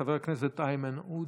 חבר הכנסת איימן עודה,